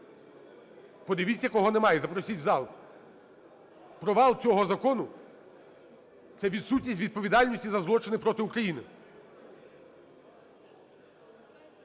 Подивіться, кого немає, і запросіть в зал. Провал цього закону – це відсутність відповідальності за злочини проти України.